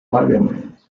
parliament